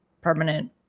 permanent